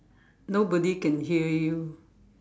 nobody can hear you